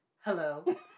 Hello